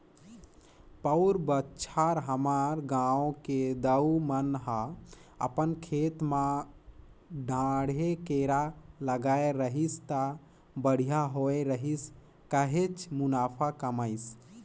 पउर बच्छर हमर गांव के दाऊ मन ह अपन खेत म डांड़े केरा लगाय रहिस त बड़िहा होय रहिस काहेच मुनाफा कमाइस